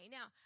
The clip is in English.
Now